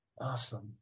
Awesome